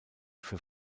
für